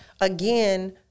again